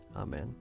Amen